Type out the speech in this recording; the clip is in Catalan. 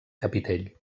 capitell